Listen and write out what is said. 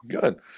Good